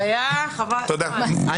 אני